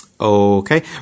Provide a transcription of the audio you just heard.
Okay